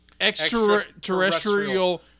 Extraterrestrial